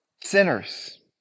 sinners